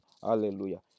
Hallelujah